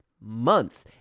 month